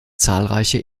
zahlreiche